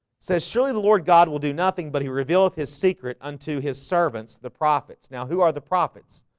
says surely the lord. god will do nothing but he reveal of his secret unto his servants the prophets now who are the prophets?